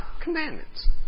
commandments